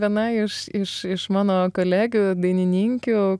viena iš iš iš mano kolegių dainininkių